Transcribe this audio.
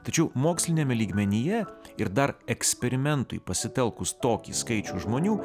tačiau moksliniame lygmenyje ir dar eksperimentui pasitelkus tokį skaičių žmonių